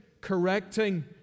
correcting